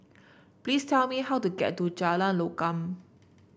please tell me how to get to Jalan Lokam